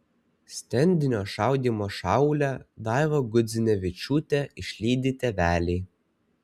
stendinio šaudymo šaulę daivą gudzinevičiūtę išlydi tėveliai